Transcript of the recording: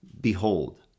Behold